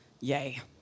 Yay